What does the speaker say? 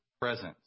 presence